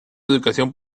educación